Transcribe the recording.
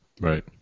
Right